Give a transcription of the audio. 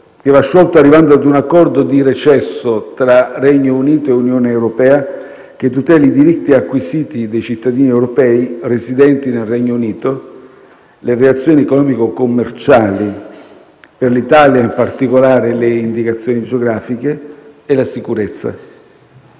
che va sciolto arrivando a un accordo di recesso tra Regno Unito e Unione europea che tuteli i diritti acquisiti dei cittadini europei residenti nel Regno Unito, le relazioni economico-commerciali, per l'Italia in particolare le indicazioni geografiche e la sicurezza.